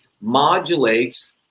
modulates